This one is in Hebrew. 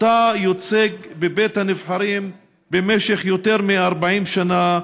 שאותה ייצג בבית הנבחרים במשך יותר מ-40 שנה,